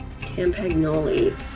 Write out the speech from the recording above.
Campagnoli